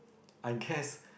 I guess